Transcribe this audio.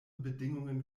bedingungen